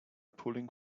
pulling